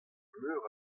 meur